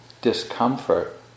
discomfort